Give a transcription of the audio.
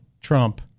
Trump